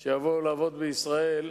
שיבואו לעבוד בישראל,